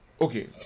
okay